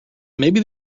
maybe